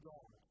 God